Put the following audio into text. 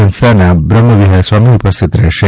સંસ્થાના બ્રહ્મવિહાર સ્વામી ઉપસ્થિત રહેશે